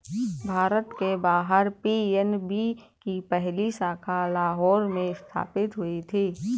भारत के बाहर पी.एन.बी की पहली शाखा लाहौर में स्थापित हुई थी